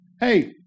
hey